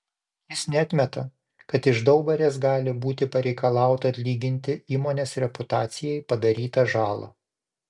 jis neatmeta kad iš daubarės gali būti pareikalauta atlyginti įmonės reputacijai padarytą žalą